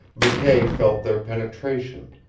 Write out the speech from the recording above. mckay felt their penetration.